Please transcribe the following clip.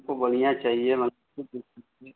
हमको बढ़िया चाहिए शुद्ध सोना